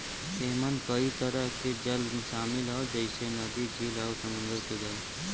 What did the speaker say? एमन कई तरह के जल शामिल हौ जइसे नदी, झील आउर समुंदर के जल